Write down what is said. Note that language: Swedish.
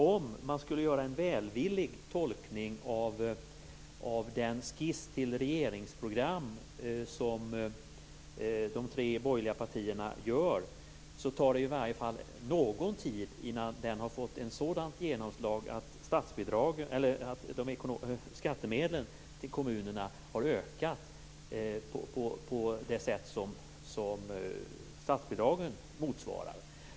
Om man skulle göra en välvillig tolkning av den skiss till regeringsprogram som de tre borgerliga partierna har gjort tar det i alla fall någon tid innan den har fått ett sådant genomslag att skattemedlen till kommunerna har ökat på det sätt som statsbidragen motsvarar.